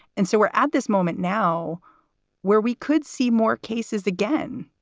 and so we're at this moment now where we could see more cases again.